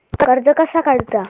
कर्ज कसा काडूचा?